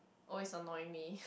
always annoy me